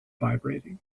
vibrating